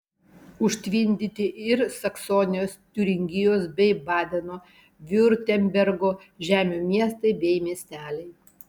užtvindyti ir saksonijos tiuringijos bei badeno viurtembergo žemių miestai bei miesteliai